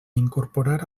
incorporar